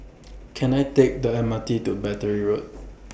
Can I Take The M R T to Battery Road